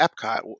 Epcot